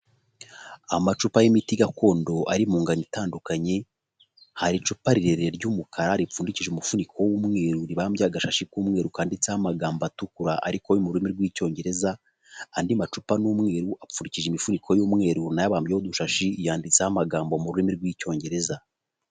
Amacupa y'imiti gakondo ari mu ngano itandukanye, hari icupa rirerire ry'umukara ripfundikishije umufuniko w'umweru, rirambyeho agashashi k'umweru kanditseho amagambo atukura ariko ari mu rurimi rw'Icyongereza, andi macupa ni umweru, apfundikije imifuniko y'umweru, na yo abambyeho udushashi, yanditseho amagambo mu rurimi rw'Icyongereza.